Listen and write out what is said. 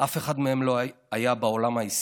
שאף אחד מהם לא היה בעולם העסקי.